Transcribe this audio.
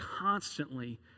constantly